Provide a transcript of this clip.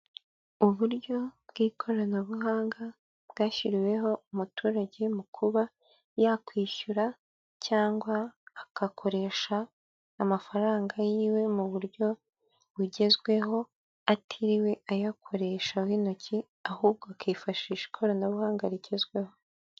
Uburyo bw'ikoranabuhanga bwashyiriweho umuturage mu kuba yakwishyura cyangwa agakoresha amafaranga yiwe mu buryo bugezweho atiriwe ayakoreshaho intoki ahubwo akifashisha ikoranabuhanga rigezweho.